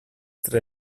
tre